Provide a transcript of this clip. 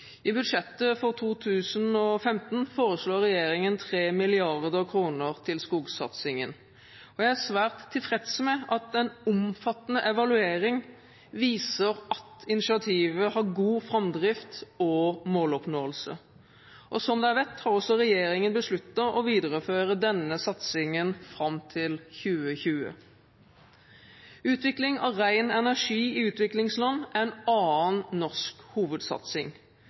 I budsjettet for 2015 foreslår regjeringen 3 mrd. kr til skogsatsingen. Jeg er svært tilfreds med at en omfattende evaluering viser at initiativet har god framdrift og måloppnåelse. Som dere vet, har regjeringen besluttet å videreføre denne satsingen fram til 2020. Utvikling av ren energi i utviklingsland er en annen norsk hovedsatsing.